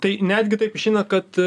tai netgi taip išeina kad